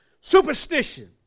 Superstition